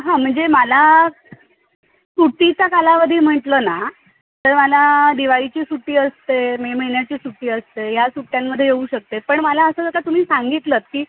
हां म्हणजे मला सुट्टीचा कालावधी म्हटलं ना तर मला दिवाळीची सुट्टी असते मे महिन्याची सुट्टी असते या सुट्ट्यांमध्ये येऊ शकते पण मला असं जर का तुम्ही सांगितलंंत की